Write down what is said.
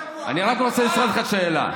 תסתכל במראה.